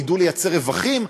ידעו ליצור רווחים,